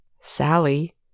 Sally